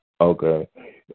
okay